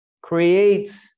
creates